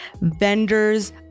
vendors